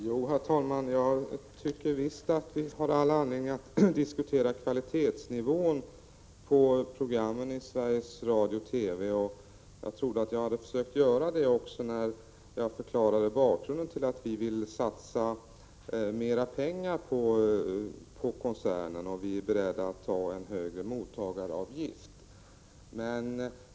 Herr talman! Jo, jag tycker visst att vi har anledning att diskutera kvalitetsnivån på programmen i Sveriges Radio och TV. Jag försökte också göra det när jag förklarade bakgrunden till att vi vill satsa mera pengar på Prot. 1986/87:113 koncernen och är beredda att ta en högre mottagaravgift.